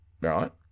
Right